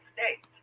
States